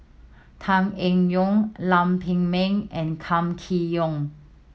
Tan Eng Yoon Lam Pin Min and Kam Kee Yong